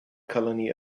colony